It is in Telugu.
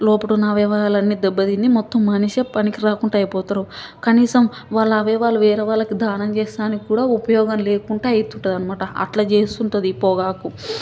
లోపటున్న అవయవాలన్నీ దెబ్బతిని మొత్తం మనిషే పనికిరాకుండా అయిపోతారు కనీసం వాళ్ళ అవయవాలు వేరే వాళ్ళకి దానం చేయడానికి కూడా ఉపయోగం లేకుండా అయితుంటాదన్నమాట అట్లా చేస్తుంటుంది ఈ పొగాకు